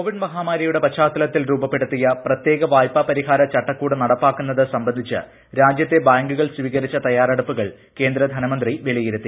Covid മഹാമാരിയുടെ പശ്ചാത്തലത്തിൽ രൂപപ്പെടുത്തിയ പ്രത്യേക വായ്പാ പരിഹാര ചട്ടക്കൂട് നടപ്പാക്കുന്നത് സംബന്ധിച്ച് രാജ്യത്തെ ബാങ്കുകൾ സ്വീകരിച്ച തയ്യാറെടുപ്പുകൾ കേന്ദ്ര ധനമന്ത്രി വിലയിരുത്തി